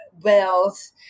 wealth